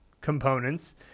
components